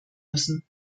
müssen